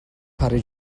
parry